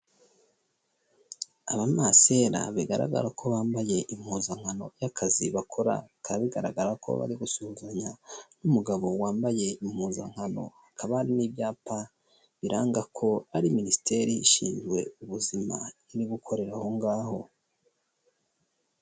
Abamasera bigaragara ko bambaye impuzankano y'akazi bakora, bikaba bigaragara ko bari gusuhuzanya n'umugabo wambaye impuzankano, hakaba hari n'ibyapa biranga ko ari minisiteri ishinzwe ubuzima iri gukorera aho ngaho.